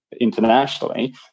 internationally